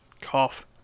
Cough